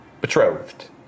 betrothed